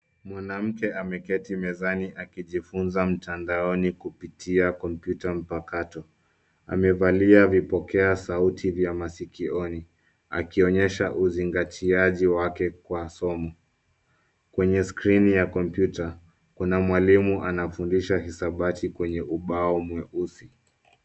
Mwanamke ameketi mezani akijifunza mtandaoni kupitia kompyuta mpakato. Amevalia vipokea sauti vya masikioni akionyesha uzingatiaji wake kwa somo. Kwenye skrini ya kompyuta, kuna mwalimu anafundisha hisabati kwenye ubao mweusi.